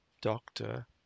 doctor